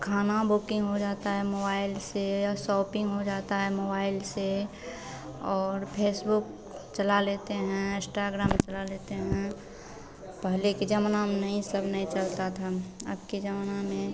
खाना बुकिन्ग हो जाती है मोबाइल से या शॉपिन्ग हो जाता है मोबाइल से और फेसबुक चला लेते हैं इन्स्टाग्राम चला लेते हैं पहले के ज़माना में नहीं सब नहीं चलता था अबके ज़माना में